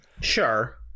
sure